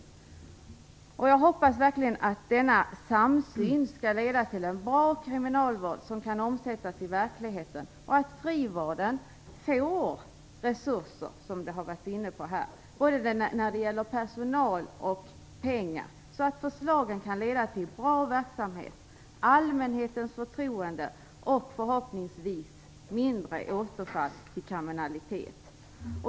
Jag hoppas verkligen att denna samsyn leder till att en bra kriminalvård förverkligas. Jag hoppas också att frivården får resurser när det gäller personal och pengar så att förslagen kan leda till bra verksamhet, till att allmänhetens förtroende stärks och förhoppningsvis till att färre återfaller i kriminalitet.